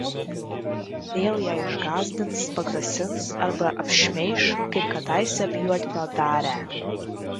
vėl ją išgąsdins pagrasins arba apšmeiš kaip kadaise apjuodino darią